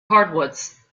hardwoods